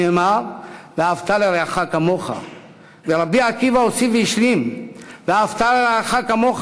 נאמר: "ואהבת לרעך כמוך"; ורבי עקיבא הוסיף והשלים: "ואהבת לרעך כמוך